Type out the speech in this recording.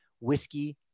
Whiskey